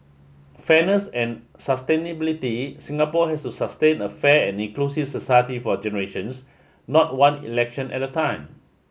fairness and sustainability Singapore has to sustain a fair and inclusive society for generations not one election at a time